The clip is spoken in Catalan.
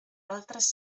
altres